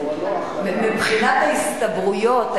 מבחינת ההסתברויות,